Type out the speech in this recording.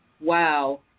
wow